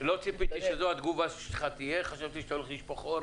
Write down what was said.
זה לא נעשה כי אנחנו בחוק קבענו חצי שנה חלון זמן לעשות את זה.